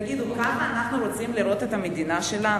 תגידו, ככה אנחנו רוצים לראות את המדינה שלנו?